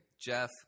Jeff